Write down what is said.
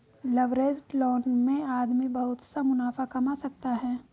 leveraged loan में आदमी बहुत सा मुनाफा कमा सकता है